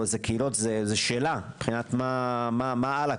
זו שאלה מה הלאה.